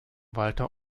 walter